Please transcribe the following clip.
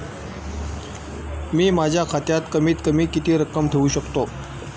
मी माझ्या खात्यात कमीत कमी किती रक्कम ठेऊ शकतो?